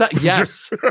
Yes